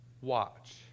watch